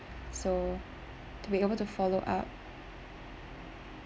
so to be able to follow up